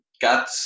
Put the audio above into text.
got